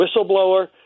whistleblower